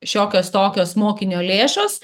šiokios tokios mokinio lėšos